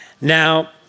Now